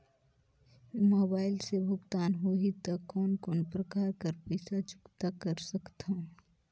Mobile से भुगतान होहि त कोन कोन प्रकार कर पईसा चुकता कर सकथव?